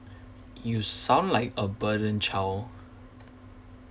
you sound like a burden child